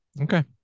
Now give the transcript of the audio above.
Okay